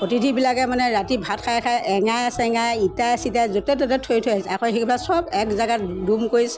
অতিথিবিলাকে মানে ৰাতি ভাত খাই খাই এঙাই চেঙাই ইটাই চিটাই য'তে ত'তে থিয়ৈ থিয়ৈ হাগিছে সেইবিলাক চব এক জেগাত ডুম কৰি